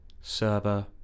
server